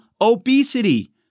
obesity